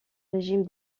régime